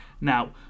Now